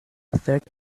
sat